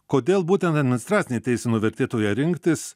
kodėl būtent administracinėj teisenoj vertėtų ją rinktis